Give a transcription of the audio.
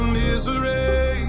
misery